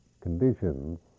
conditions